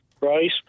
right